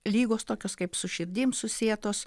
ligos tokios kaip su širdim susietos